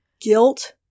guilt